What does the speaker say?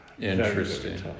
Interesting